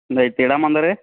ಆಯ್ತು ಇಡಣ ಅಂದರ್ರಿ